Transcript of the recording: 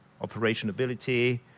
operationability